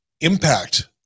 impact